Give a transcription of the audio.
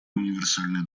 универсальный